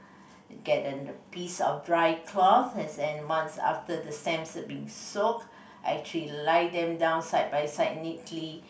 get then the piece of dry cloth as when once after the stamps have been soak I actually lie them down side by side neatly